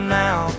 now